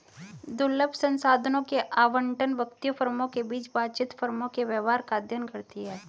दुर्लभ संसाधनों के आवंटन, व्यक्तियों, फर्मों के बीच बातचीत, फर्मों के व्यवहार का अध्ययन करती है